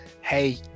hey